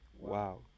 wow